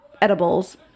edibles